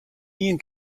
ien